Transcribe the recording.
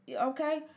okay